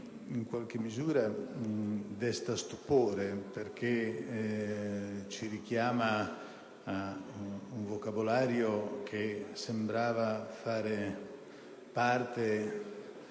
in qualche misura desta stupore perché ci richiama a un vocabolario che sembrava far parte